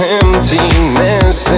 emptiness